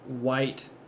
white